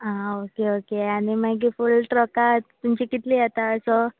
आं okay okay आनी मागीर फूल ट्रक तुमची कितली येता असो